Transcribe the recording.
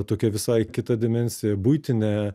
tokia visai kita dimensija buitinė